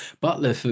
Butler